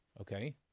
okay